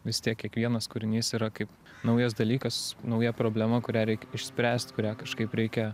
vis tiek kiekvienas kūrinys yra kaip naujas dalykas nauja problema kurią reik išspręst kurią kažkaip reikia